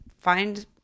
find